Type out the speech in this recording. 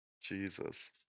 Jesus